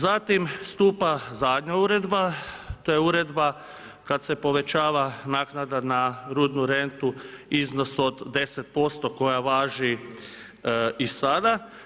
Zatim stupa zadnja uredba, to je uredba kada se povećava naknada na rudnu rentu, iznos od 10% koja važi i sada.